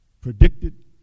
Predicted